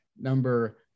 Number